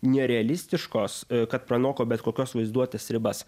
nerealistiškos kad pranoko bet kokios vaizduotės ribas